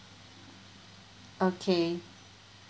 okay